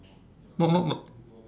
not not not